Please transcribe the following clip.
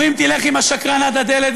אומרים: תלך עם השקרן עד הדלת,